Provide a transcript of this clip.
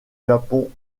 japon